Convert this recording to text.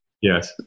Yes